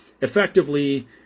effectively